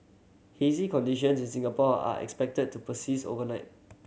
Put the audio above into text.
hazy conditions in Singapore are expected to persist overnight